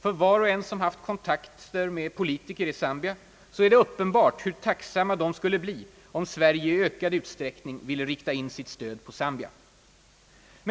För var och en som har haft kontakter med politiker i Zambia är det uppenbart, hur tacksamma de skulle bli, om Sverige i ökad utsträckning ville rikta in sitt stöd på Zambia.